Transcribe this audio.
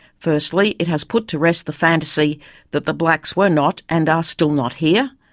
firstly it has put to rest the fantasy that the blacks were not and are still not here.